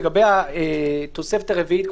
לגבי התוספת הרביעית,